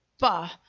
Bah